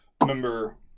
remember